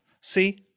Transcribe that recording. see